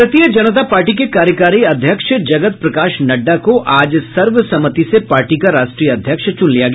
भारतीय जनता पार्टी के कार्यकारी अध्यक्ष जगत प्रकाश नड्डा को आज सर्वसम्मति से पार्टी का राष्ट्रीय अध्यक्ष चुन लिया गया